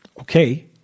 Okay